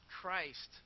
Christ